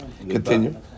Continue